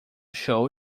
show